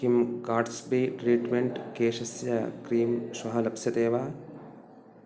किं Gatsby treatment केशस्य cream श्वः लप्स्यते वा